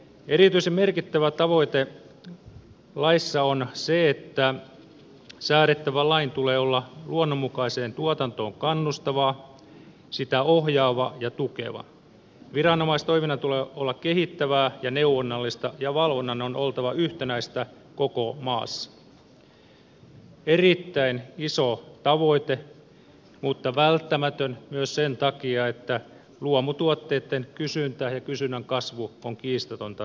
erityisen merkittävä tavoite laissa on se että säädettävän lain tulee olla luonnonmukaiseen tuotantoon kannustava sitä ohjaava ja tukeva ja viranomaistoiminnan tulee olla kehittävää ja neuvonnallista ja valvonnan on oltava yhtenäistä koko maassa erittäin iso tavoite mutta välttämätön myös sen takia että luomutuotteitten kysyntä ja kysynnän kasvu ovat kiistattomia tässä maassa